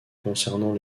concernant